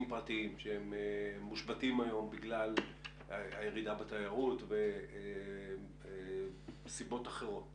פרטיים שמושבתים היום בגלל הירידה בתיירות ומסיבות אחרות?